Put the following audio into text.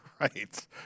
Right